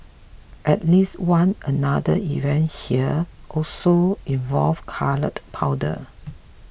at least one another event here also involved coloured powder